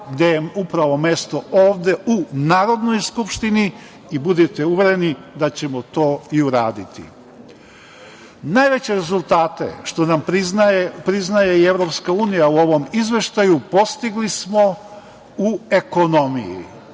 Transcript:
gde je upravo mesto ovde u Narodnoj skupštini i budite uvereni da ćemo to i uraditi. Najveće rezultate, što nam priznaje i EU u ovom izveštaju postigli smo u ekonomiji.